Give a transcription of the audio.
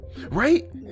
right